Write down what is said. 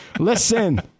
Listen